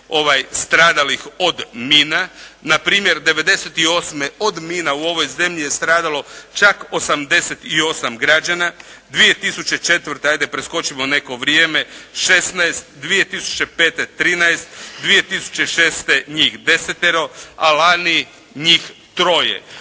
stradalih od mina. Na primjer, '98. od mina u ovoj zemlji se stradalo čak 88 građana. 2004. hajde da preskočimo neko vrijeme 16, 2005. 13, 2006. njih desetero, a lani njih troje.